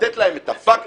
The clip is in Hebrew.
לתת להם את הפקטור,